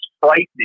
frightening